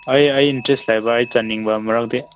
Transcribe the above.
ꯑꯩ ꯏꯟꯇ꯭ꯔꯦꯁ ꯂꯩꯕ ꯑꯩ ꯆꯠꯅꯤꯡꯕ ꯑꯃꯨꯔꯛꯇꯤ